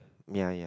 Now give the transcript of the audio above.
ya ya